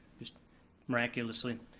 just miraculously,